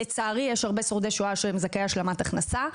לצערי יש הרבה שורדי שואה שזכאים להשלמת הכנסה.